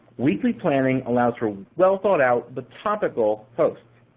weekly planning allows for well thought-out but topical posts,